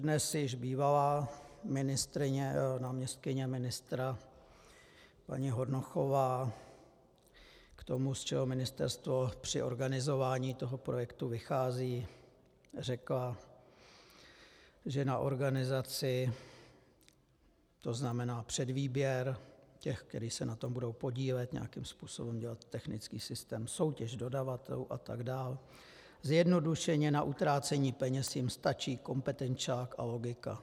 Dnes již bývalá náměstkyně ministra paní Hornochová k tomu, z čeho ministerstvo při organizování toho projektu vychází, řekla, že na organizaci, to znamená předvýběr těch, kteří se na tom budou podílet, nějakým způsobem dělat technický systém, soutěž dodavatelů atd., zjednodušeně na utrácení peněz jim stačí kompetenčák a logika.